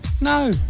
no